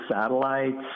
satellites